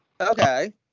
Okay